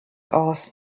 aus